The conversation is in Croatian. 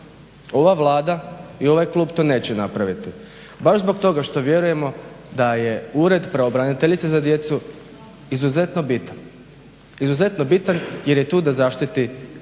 Ova Vlada i ovaj klub to neće napraviti baš zbog toga što vjerujemo da je Ured pravobraniteljice za djecu izuzetno bitan, izuzetno bitan jer je tu da zaštiti naše